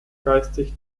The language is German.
geistig